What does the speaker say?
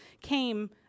came